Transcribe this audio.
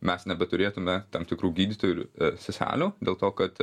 mes nebeturėtume tam tikrų gydytojų ir seselių dėl to kad